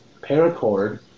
paracord